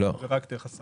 לא, דרך השר.